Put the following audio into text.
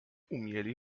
umieli